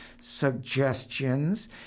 Suggestions